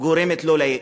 גורמת לו לייאוש.